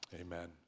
Amen